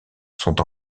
sont